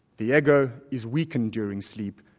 the ego is weakened during sleep,